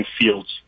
fields